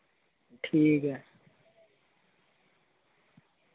ठीक ऐ